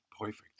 Perfect